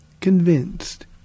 convinced